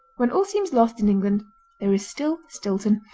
when all seems lost in england there is still stilton,